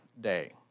day